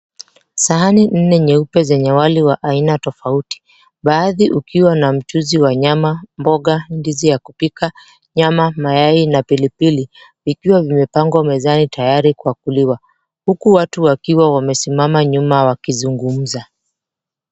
Sahani nne nyeupe zenye wali wa aina tofauti baadhi ukiwa na mchuzi wa nyama, mboga, ndizi za kupika, nyama, mayai na pilipili vikiwa zimepangwa mezani tayari kuliwa huku watu wamesimama nyuma wakizungumza.